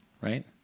right